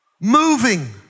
Moving